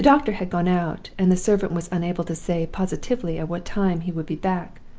the doctor had gone out, and the servant was unable to say positively at what time he would be back.